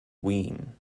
wien